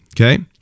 Okay